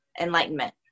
enlightenment